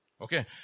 Okay